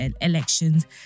elections